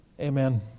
Amen